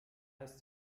ist